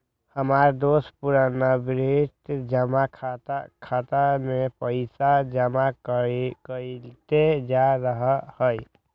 हमर दोस पुरनावृति जमा खता में पइसा जमा करइते जा रहल हइ